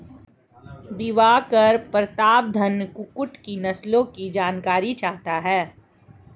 दिवाकर प्रतापधन कुक्कुट की नस्लों की जानकारी चाहता है